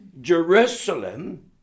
Jerusalem